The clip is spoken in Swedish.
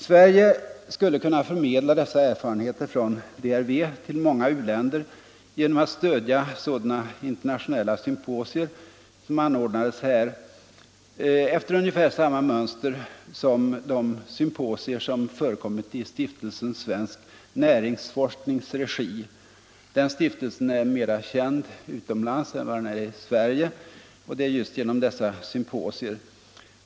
Sverige skulle kunna förmedla dessa erfarenheter från DRV till många u-länder genom att stödja sådana internationella symposier som anordnades här, efter ungefär samma mönster som de symposier som förekommit i Stiftelsen svensk näringsforsknings regi. Den stiftelsen är mera känd utomlands än vad den är i Sverige, just genom dessa symposier.